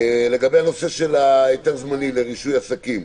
לגבי היתר זמני לרישוי עסקים,